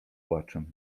płaczem